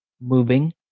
moving